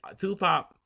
tupac